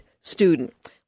student